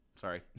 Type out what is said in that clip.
Sorry